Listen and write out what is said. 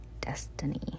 Destiny